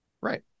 Right